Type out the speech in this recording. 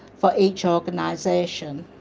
for each organisation'.